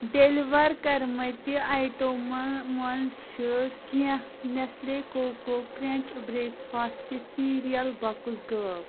deliver کٔرمٕتہِ آیٹو منٛز منٛز چھِ کینٛہہ Nestle Koko Krunch breakfast cereal box غٲب